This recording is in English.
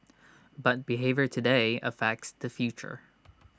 but behaviour today affects the future